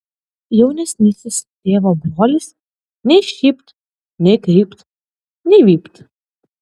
jaunesnysis tėvo brolis nei šypt nei krypt nei vypt